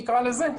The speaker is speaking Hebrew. נקרא לזה.